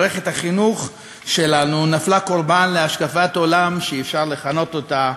מערכת החינוך שלנו נפלה קורבן להשקפת עולם שאפשר לכנות אותה